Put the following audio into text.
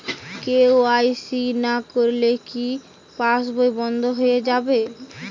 KYC না করলে কি পাশবই বন্ধ হয়ে যাবে?